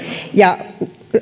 ja myös